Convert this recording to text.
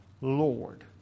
Lord